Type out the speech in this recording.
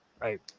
Right